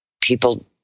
People